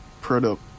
product